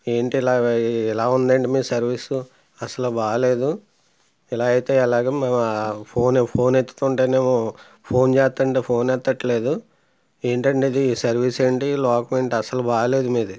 ఏంటిలాగ ఇలా ఉందేంటి మీ సర్వీసు అసలు బాగాలేదు ఇలా అయితే ఎలాగ మేము ఫోన్ ఫోన్ ఎత్తుతుంటేనేమో ఫోన్ చేస్తుంటే ఫోన్ ఎత్తట్లేదు ఏంటండిది ఈ సర్వీస్ ఏంటి ఈ లోకం ఏంటి అసలు బాగాలేదు మీది